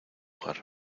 hogar